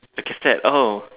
the cassette oh